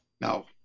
No